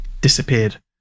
disappeared